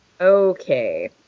okay